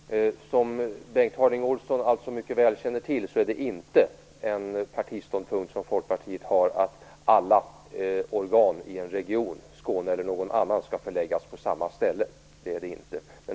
Fru talman! Som Bengt Harding Olson mycket väl känner till, är det inte en partiståndpunkt som Folkpartiet har att alla organ i en region, Skåne eller någon annan, skall förläggas på samma ställe.